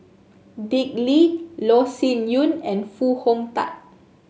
Dick Lee Loh Sin Yun and Foo Hong Tatt